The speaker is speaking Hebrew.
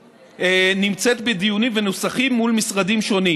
נמצאת בדיונים ונוסחים מול משרדים שונים.